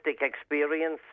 experience